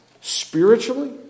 Spiritually